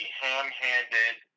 ham-handed